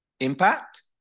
impact